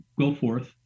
GoForth